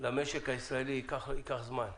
למשק הישראלי ייקח זמן.